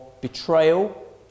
betrayal